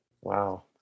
Wow